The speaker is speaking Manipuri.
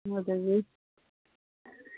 ꯑꯗꯒꯤ